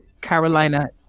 Carolina